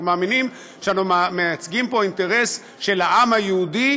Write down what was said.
אנחנו מאמיניים שאנחנו מייצגים פה אינטרס של העם היהודי,